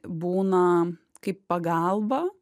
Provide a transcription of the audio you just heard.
būna kaip pagalba